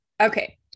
okay